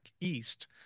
East